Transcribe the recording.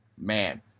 Man